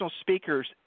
speakers